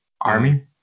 army